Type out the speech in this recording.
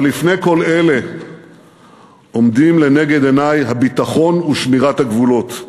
אבל לפני כל אלה עומדים לנגד עיני הביטחון ושמירת הגבולות.